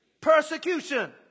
persecution